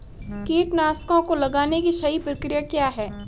कीटनाशकों को लगाने की सही प्रक्रिया क्या है?